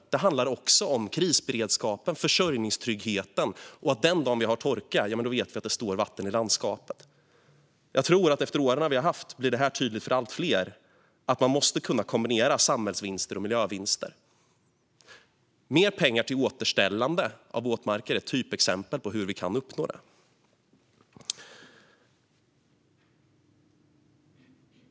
Det handlar också om krisberedskapen och försörjningstryggheten. Den dagen vi har torka vet vi att det står vatten i landskapet. Efter åren vi har haft blir det tydligt för allt fler att man måste kunna kombinera samhällsvinster och miljövinster. Mer pengar till återställande av våtmarker är ett typexempel på hur vi kan uppnå det.